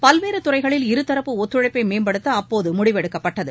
பல்வேறு துறைகளில் இருதரப்பு ஒத்துழைப்பை மேம்படுத்த அப்போது முடிவெடுக்கப்பட்டது